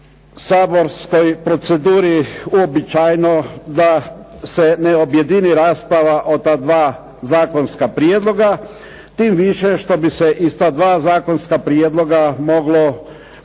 saborskoj proceduri uobičajeno da se ne objedini rasprava o ta dva zakonska prijedloga, tim više što bi se iz ta dva zakonska prijedloga moglo o samim